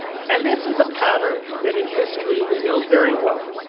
and this is a pattern that in history we know very well.